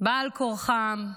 בעל כורחם,